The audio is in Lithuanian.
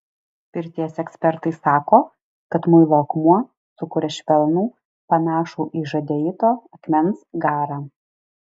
pirties ekspertai sako kad muilo akmuo sukuria švelnų panašų į žadeito akmens garą